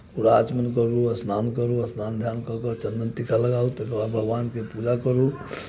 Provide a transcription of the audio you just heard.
कुर्रा आचमन करू स्नान करू स्नान ध्यान कऽ कऽ चन्दन टीका लगाउ ताहिके बाद भगवानके पूजा करू